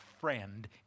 friend